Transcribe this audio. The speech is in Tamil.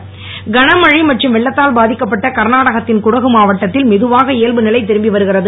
கர்நாடகா கனமழை மற்றும் வெள்ளத்தால் பாதிக்கப்பட்ட கர்நாடகத்தின் குடகு மாவட்டத்தில் மெதுவாக இயல்பு நிலை திரும்பி வருகிறது